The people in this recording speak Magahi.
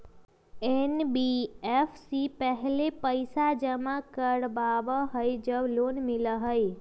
एन.बी.एफ.सी पहले पईसा जमा करवहई जब लोन मिलहई?